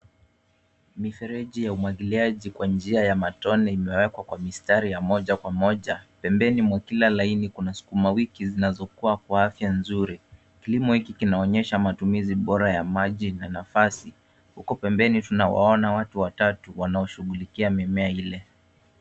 Mifereji ya umwagiliaji kwa njia ya matone imewekwa kwa mistari ya moja kwa moja. Pembeni mwa kila laini kuna sukuma wiki zinazokua kwa afya nzuri. Kilimo hiki kinaonesha matumizi bora ya maji na nafasi huku pembeni tunawaona watu watatu wanaoshughulikia mimea ile.